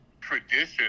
tradition